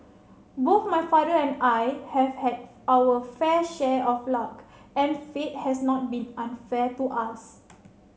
both my father and I have had our fair share of luck and fate has not been unfair to us